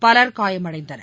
பலர் காயமடைந்தனர்